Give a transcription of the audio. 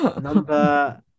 number